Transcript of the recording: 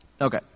okay